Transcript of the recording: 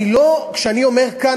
כשאני אומר כאן,